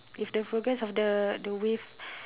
if the progress of the the waive